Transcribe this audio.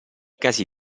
casi